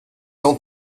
dans